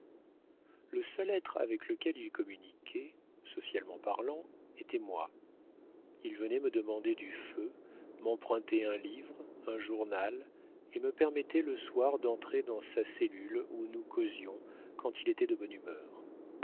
le seul être avec lequel il communiquait socialement parlant était moi il venait me demander du feu m'empruntait un livre un journal et me permettait le soir d'entrer dans sa cellule où nous causions quand il était de bonne humeur